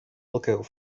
lookout